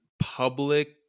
public